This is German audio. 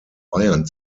bayern